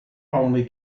only